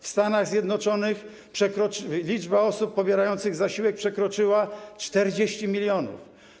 W Stanach Zjednoczonych liczba osób pobierających zasiłek przekroczyła 40 mln.